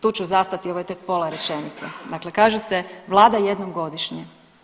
Tu ću zastati, ovo je tek pola rečenice, dakle kaže se vlada jednom godišnje.